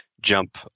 jump